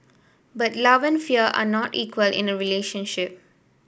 but love and fear are not equal in a relationship